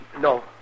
No